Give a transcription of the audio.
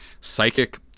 psychic